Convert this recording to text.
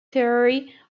theory